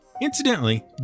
Incidentally